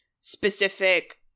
specific